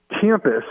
campus